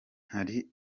hari